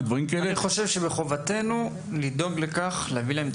אני חושב שמחובתנו לדאוג להביא להם את